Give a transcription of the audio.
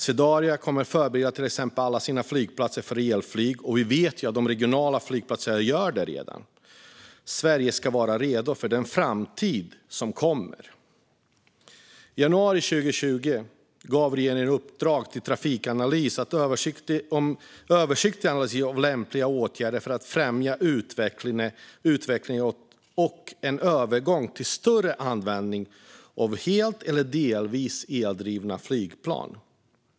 Swedavia kommer till exempel att förbereda alla sina flygplatser för elflyg, och vi vet att de regionala flygplatserna redan gör detta. Sverige ska vara redo för den framtid som kommer. I januari 2020 gav regeringen ett uppdrag till Trafikanalys gällande en översiktlig analys av lämpliga åtgärder för att främja utvecklingen och en övergång till en större användning av helt eller delvis eldrivna flygplan.